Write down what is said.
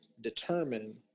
determine